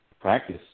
practice